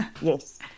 Yes